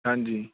ਹਾਂਜੀ